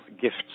gifts